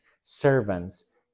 servants